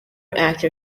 actor